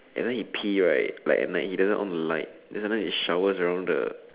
and then he pee right like at night he doesn't on the light and then the shower's around the